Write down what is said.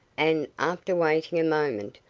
and, after waiting a moment,